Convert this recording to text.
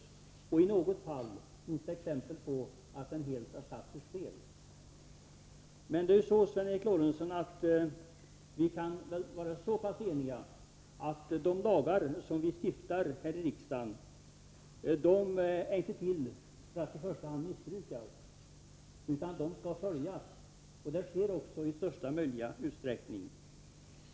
Det finns i något fall exempel på att den helt har satts ur spel. Men vi borde trots det vara eniga om, Sven Eric Lorentzon, att de lagar vi stiftar här i riksdagen inte är till för att missbrukas utan för att följas. Det sker också i största möjliga utsträckning.